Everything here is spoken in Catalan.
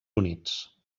units